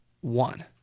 one